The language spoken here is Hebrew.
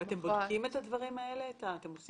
אתם בודקים את הדברים האלה?